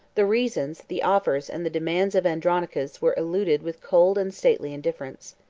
the reasons, the offers, and the demands, of andronicus were eluded with cold and stately indifference.